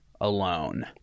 alone